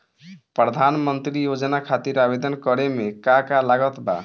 प्रधानमंत्री योजना खातिर आवेदन करे मे का का लागत बा?